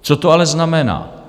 Co to ale znamená?